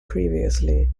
previously